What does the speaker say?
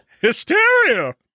Hysteria